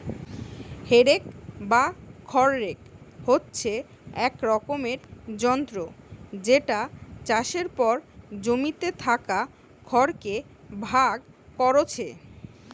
হে rake বা খড় rake হচ্ছে এক রকমের যন্ত্র যেটা চাষের পর জমিতে থাকা খড় কে ভাগ কোরছে